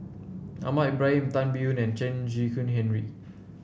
Ahmad Ibrahim Tan Biyun and Chen Kezhan Henri